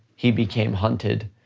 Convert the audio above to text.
he became hunted,